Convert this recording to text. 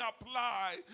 apply